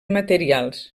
materials